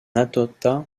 attentat